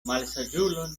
malsaĝulon